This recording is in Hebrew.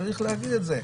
צריך להגיד את זה.